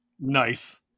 Nice